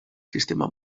sistema